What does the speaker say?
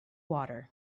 water